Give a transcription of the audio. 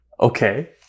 Okay